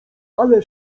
ale